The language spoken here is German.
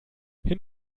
hin